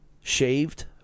Shaved